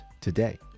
today